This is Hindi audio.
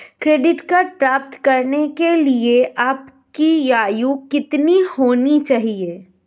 क्रेडिट कार्ड प्राप्त करने के लिए आपकी आयु कितनी होनी चाहिए?